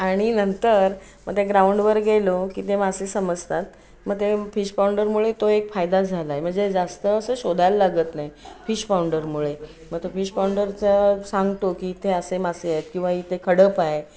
आणि नंतर मग त्या ग्राउंडवर गेलो की ते मासे समजतात मग ते फिश पाऊंडरमुळे तो एक फायदा झाला आहे म्हणजे जास्त असं शोधायला लागत नाही फिश पाऊंडरमुळे मग तो फिश पाऊंडरचा सांगतो की इथे असे मासे आहेत किंवा इथे खडक आहे